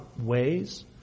ways